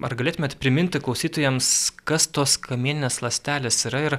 ar galėtumėt priminti klausytojams kas tos kamieninės ląstelės yra ir